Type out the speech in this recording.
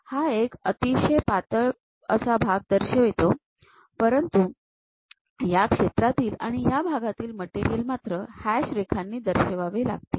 हा एक अतिशय पातळ असा भाग दर्शवितो परंतु या क्षेत्रातील ह्या आणि ह्या भागातील मटेरियल मात्र हॅश रेखांनी दर्शवावे लागेल